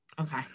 Okay